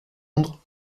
londres